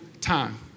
time